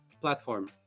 platform